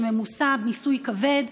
שממוסה במיסוי כבד,